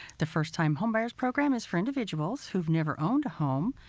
the first-time home buyers program is for individuals who have never owned a home,